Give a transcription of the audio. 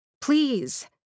Please